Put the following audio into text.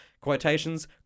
quotations